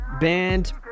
band